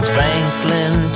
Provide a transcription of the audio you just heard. Franklin